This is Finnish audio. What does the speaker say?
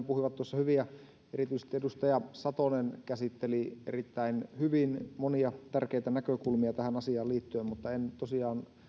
puhuivat tuossa hyvin ja erityisesti edustaja satonen käsitteli erittäin hyvin monia tärkeitä näkökulmia tähän asiaan liittyen mutta en tosiaan malta